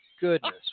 goodness